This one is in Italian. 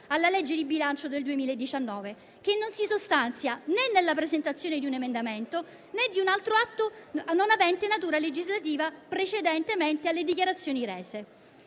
alla legge di bilancio del 2019, che non si sostanzia né nella presentazione di un emendamento, né di un altro atto non avente natura legislativa precedente alle dichiarazioni rese.